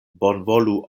bonvolu